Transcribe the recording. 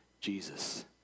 Jesus